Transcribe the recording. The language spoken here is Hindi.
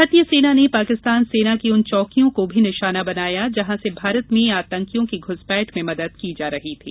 भारतीय सेना ने पाकिस्तान सेना की उन चौकियों को भी निशाना बनाया जहां से भारत में आतंकियों की घुसपैठ में मदद दी जा रही थी